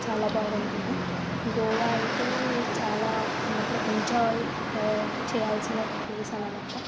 చాలా బాగుంటుంది గోవా అయితే చాలా ఏమంటారు ఎంజాయ్ చేయాల్సిన ప్లేస్ అన్నమాట